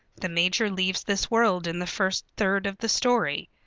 the major leaves this world in the first third of the story.